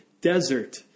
desert